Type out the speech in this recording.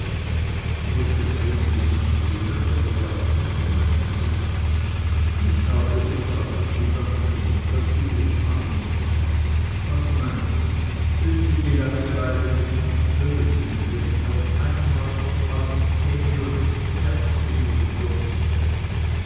wollte vreneli sich wehren oder danken so meinte sie ich habe ursache zu danken daß du es annimmst was meinst müßte die langeweile mich nicht töten wenn ich auf einmal von allem käme und nichts mehr anrühren dürfte